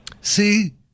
See